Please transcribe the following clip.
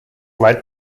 led